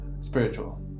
spiritual